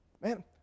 Man